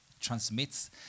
transmits